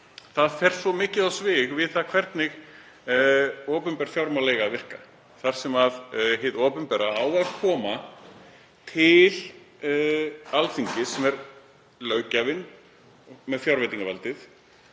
fer svo mikið á svig við það hvernig opinber fjármál eiga að virka þar sem hið opinbera á að koma til Alþingis, sem er löggjafinn sem er með fjárveitingavaldið,